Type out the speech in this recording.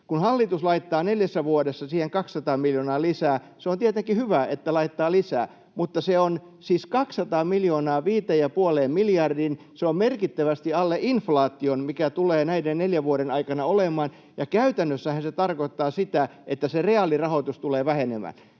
Kun hallitus laittaa neljässä vuodessa siihen 200 miljoonaa lisää — se on tietenkin hyvä, että laittaa lisää — eli se on siis 200 miljoonaa viiteen ja puoleen miljardiin, niin se on merkittävästi alle inflaation, mikä tulee näiden neljän vuoden aikana olemaan. Käytännössähän se tarkoittaa sitä, että se reaalirahoitus tulee vähenemään.